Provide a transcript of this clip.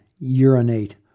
urinate